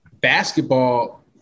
basketball